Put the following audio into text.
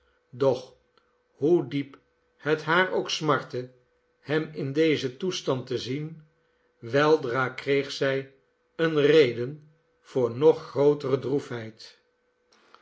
doch hoe diep het haar ook smartte hem in dezen toestand te zien weldra kreeg zij eene reden voor nog grootere